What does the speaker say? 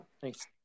Thanks